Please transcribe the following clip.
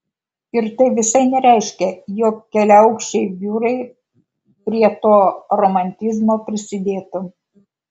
ir tai visai nereiškia jog keliaaukščiai biurai prie to romantizmo prisidėtų